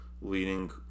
leading